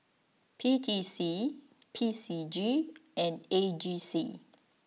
P T C P C G and A G C